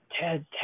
Ted